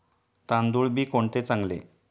तांदूळ बी कोणते चांगले?